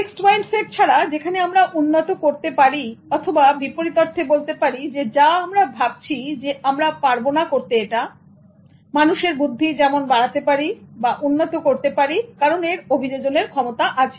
fixed mindset ছাড়া যেখানে আমরা উন্নত করতে পারি অথবা বিপরীত অর্থে বলতে পারি যা আমরা ভাবছি আমরা পারবোনা করতে এটা মানুষের বুদ্ধি যেমন বাড়াতে পারি বা উন্নত করতে পারি কারন এর অভিযোজনের ক্ষমতা আছে